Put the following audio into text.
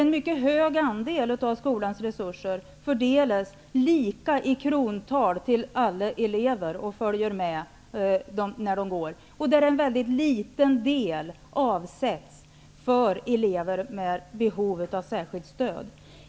En mycket stor andel av skolans resurser fördelas lika i krontal till alla elever. En mycket liten del avsätts för elever med behov av särskilt stöd.